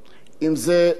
אם הכבאים,